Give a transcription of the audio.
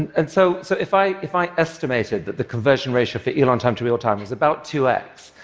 and so so if i if i estimated that the conversation ratio for elon time to your time is about two x,